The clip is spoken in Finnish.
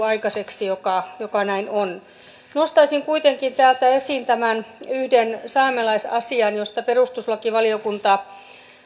aikaiseksi ratkaisu joka näin on nostaisin kuitenkin täältä esiin tämän yhden saamelaisasian josta perustuslakivaliokunta